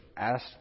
asked